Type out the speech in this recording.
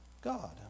God